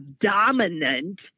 dominant